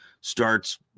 starts